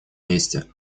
месте